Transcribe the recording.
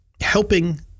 helping